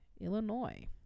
Illinois